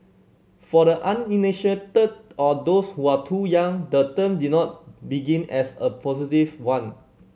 for the uninitiated or those who are too young the term did not begin as a positive one